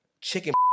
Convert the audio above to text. chicken